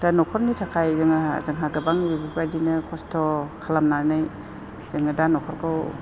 दा न'खरनि थाखाय जोंहा जोंहा गोबां बेफोरबायदिनो खस्थ' खालामनानै जोङो दा न'खरखौ